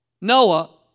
Noah